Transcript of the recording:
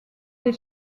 des